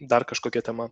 dar kažkokia tema